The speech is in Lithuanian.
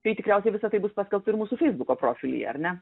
tai tikriausiai visa tai bus paskelbta ir mūsų feisbuko profilyje ar ne